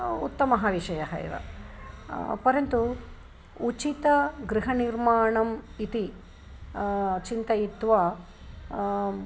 उत्तमः विषयः एव परन्तु उचितगृहनिर्माणम् इति चिन्तयित्वा